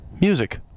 music